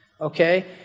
okay